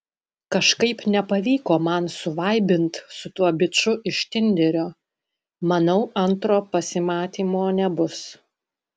kažkaip nepavyko man suvaibint su tuo biču iš tinderio manau antro pasimatymo nebus